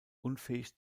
unfähig